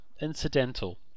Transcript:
incidental